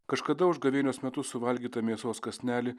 kažkada už gavėnios metu suvalgytą mėsos kąsnelį